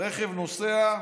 הרכב נוסע,